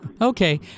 Okay